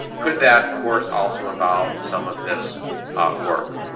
could that course also involve some of this work?